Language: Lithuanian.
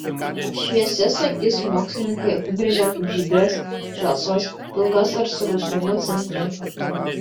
šviesias akis mokslininkai apibrėžia kaip žydras žalsvas pilkas ar su rusvumu centre